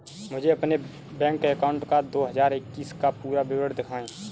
मुझे अपने bank account का दो हज़ार इक्कीस का पूरा विवरण दिखाएँ?